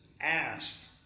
asked